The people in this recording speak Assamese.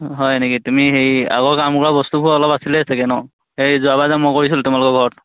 হয় নেকি তুমি হেৰি আগৰ কাম কৰা বস্তুবোৰ অলপ আছিলে চাগে ন সেই যোৱা বাৰ যে মই কৰিছিলোঁ তোমালোকৰ ঘৰত